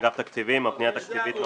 אגף התקציבים יכול לענות.